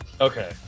okay